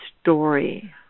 story